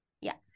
Yes